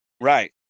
Right